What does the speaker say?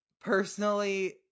Personally